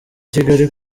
kigali